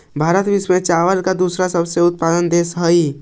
भारत विश्व में चावल का दूसरा सबसे बड़ा उत्पादक देश हई